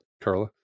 Carla